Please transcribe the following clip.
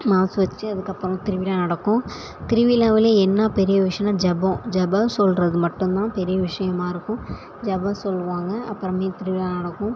mass வெச்சி அதுக்கப்புறம் திருவிழா நடக்கும் திருவிழாவுலே என்ன பெரிய விஷயனா ஜெபம் ஜெபம் சொல்கிறது மட்டுந்தான் பெரிய விஷயமா இருக்கும் ஜெபம் சொல்வாங்க அப்புறமே திருவிழா நடக்கும்